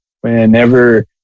whenever